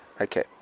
Okay